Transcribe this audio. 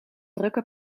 drukke